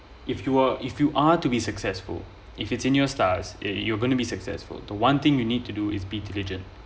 if you are if you are to be successful if it's in your stars a you're going to be successful the one thing you need to do is be diligent